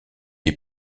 est